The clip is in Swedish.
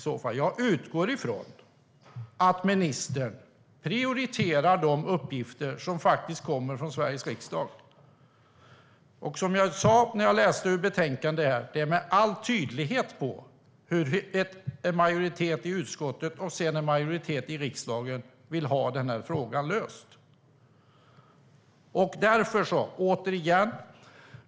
Men jag utgår från att ministern prioriterar de uppgifter som kommer från Sveriges riksdag. Som jag sa när jag läste ur betänkandet är det med all tydlighet så att en majoritet i utskottet och en majoritet i riksdagen vill ha den här frågan löst. Herr talman!